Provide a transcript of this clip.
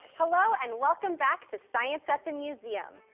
hello and welcome back to science at the museum,